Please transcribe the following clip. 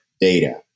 data